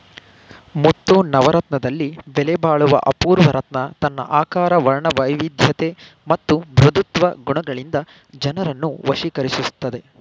ಮುತ್ತು ನವರತ್ನದಲ್ಲಿ ಬೆಲೆಬಾಳುವ ಅಪೂರ್ವ ರತ್ನ ತನ್ನ ಆಕಾರ ವರ್ಣವೈವಿಧ್ಯತೆ ಮತ್ತು ಮೃದುತ್ವ ಗುಣಗಳಿಂದ ಜನರನ್ನು ವಶೀಕರಿಸ್ತದೆ